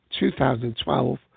2012